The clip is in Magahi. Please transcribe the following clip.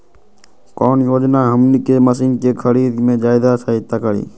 कौन योजना हमनी के मशीन के खरीद में ज्यादा सहायता करी?